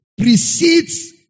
precedes